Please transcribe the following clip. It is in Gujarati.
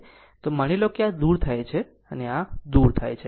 તો માની લો કે આ દૂર થાય છે આ દૂર થાય છે